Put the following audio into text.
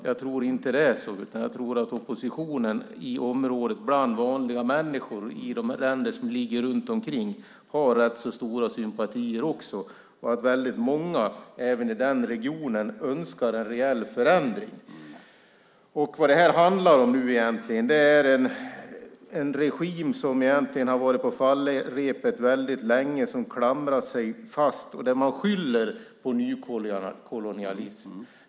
Jag tror inte att det är så, utan jag tror att oppositionen har rätt stora sympatier bland vanliga människor i de länder som ligger runt omkring och att väldigt många även i den regionen önskar en reell förändring. Vad det nu handlar om egentligen är en regim som har varit på fallrepet väldigt länge, som klamrar sig fast och skyller på nykolonialism.